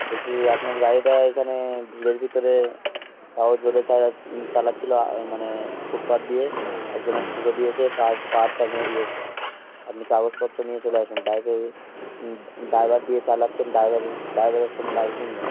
বলছি আপনার গাড়িটা এখানে ভিড়ের ভিতরে আরও জোরে চালাচ্ছিল মানে ফুটপাত দিয়ে একজনা ঠুকে দিয়েছে তার পা হাত পা ভেঙে দিয়েছে আপনি কাগজপত্র নিয়ে চলে আসুন ড্রাইভার দিয়ে চালাচ্ছেন ড্রাইভারের ড্রাইভারের কোনো লাইসেন্স নেই